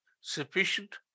sufficient